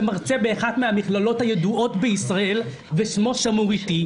שמרצה באחת מן המכללות הידועות בישראל ושמו שמור איתי,